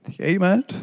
Amen